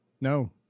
no